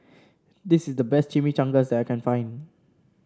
this is the best Chimichangas I can find